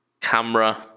camera